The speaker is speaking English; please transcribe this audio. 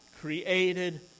created